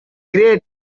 great